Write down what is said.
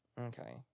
okay